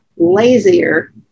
lazier